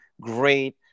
great